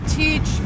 teach